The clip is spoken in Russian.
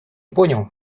понял